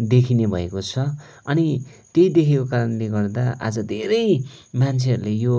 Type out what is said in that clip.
देखिने भएको छ अनि त्यही देखेरको कारणले गर्दा आज धेरै मान्छेहरूले यो